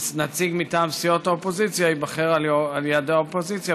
ונציג מטעם סיעות האופוזיציה ייבחר על ידי האופוזיציה,